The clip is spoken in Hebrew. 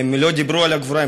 הם לא דיברו על הגבורה,